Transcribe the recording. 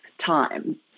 time